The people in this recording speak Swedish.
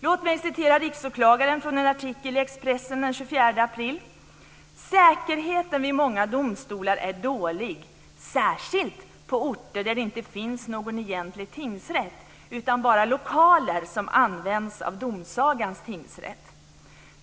Låt mig referera Riksåklagaren från en artikel i Expressen den 23 februari: Säkerheten vid många domstolar är dålig, särskilt på orter där det inte finns någon egentlig tingsrätt utan bara lokaler som används av domsagans tingsrätt.